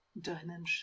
dimension